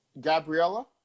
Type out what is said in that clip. Gabriella